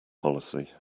policy